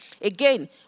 Again